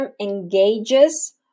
engages